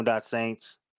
Saints